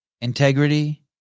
integrity